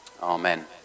Amen